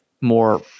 more